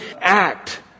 act